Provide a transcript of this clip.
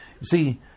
See